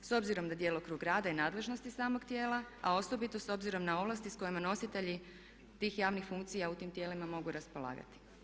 S obzirom na djelokrug rada i nadležnosti samog tijela, a osobito s obzirom na ovlasti sa kojima nositelji tih javnih funkcija u tim tijelima mogu raspolagati.